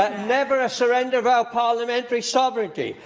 ah never ah surrender our parliamentary sovereignty.